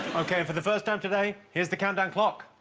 okay for the first time today here's the countdown clock